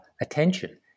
attention